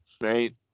Right